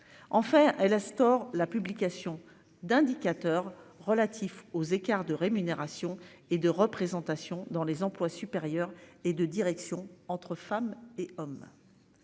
Enfin elle instaure la publication d'indicateurs relatifs aux écarts de rémunération et de représentation dans les emplois supérieurs et de direction entre femmes et hommes.